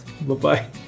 Bye-bye